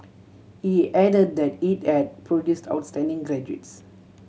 he add that it had produced outstanding graduates